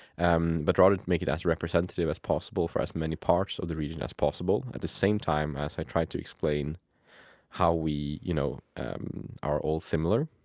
um but rather make it as representative as possible for as many parts of the region as possible. at the same time, i tried to explain how we you know um are all similar,